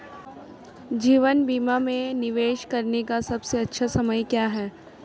जीवन बीमा में निवेश करने का सबसे अच्छा समय क्या है?